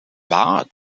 war